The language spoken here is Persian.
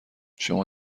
شما